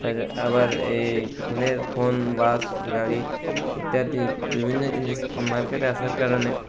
তাছাড়া আবার এই ফোনে ফোন বাস গাড়ি ইত্যাদি বিভিন্ন জিনিস মার্কেটে আসার কারণে